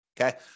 Okay